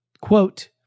quote